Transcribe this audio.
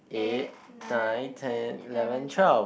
eight nine ten eleven twelve